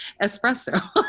espresso